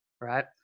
right